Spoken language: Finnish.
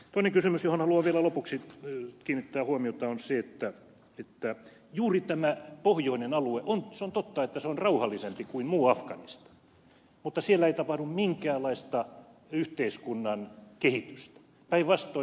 toinen kysymys johon haluan vielä lopuksi kiinnittää huomiota on se että juuri tällä pohjoisella alueella on totta että se on rauhallisempi kuin muu afganistan ei tapahdu minkäänlaista yhteiskunnan kehitystä päinvastoin